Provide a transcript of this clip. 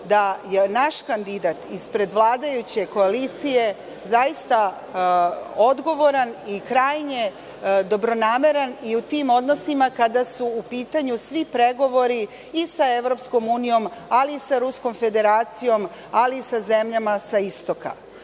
da je naš kandidat ispred vladajuće koalicije zaista odgovoran i krajnje dobronameran i u tim odnosima kada su u pitanju svi pregovori i sa EU, ali i sa Ruskom Federacijom, ali i sa zemljama sa istoka. Prema